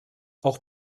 auch